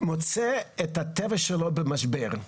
מוצאת את הטבע שלה במשבר.